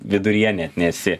viduryje net nesi